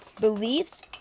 beliefs